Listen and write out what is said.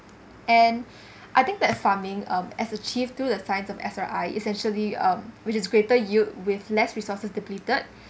and I think that farming um as achieved through the science of S_R_I essentially um which is greater yield with less resources depleted